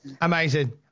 Amazing